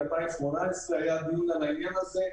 ב-5.6.2018 היה דיון על העניין הזה.